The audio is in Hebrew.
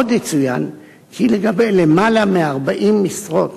עוד יצוין כי לגבי למעלה מ-40 משרות